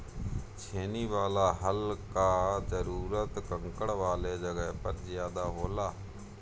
छेनी वाला हल कअ जरूरत कंकड़ वाले जगह पर ज्यादा होला